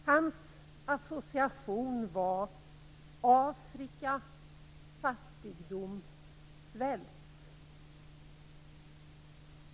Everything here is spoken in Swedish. Hans associationer var: Afrikafattigdom-svält.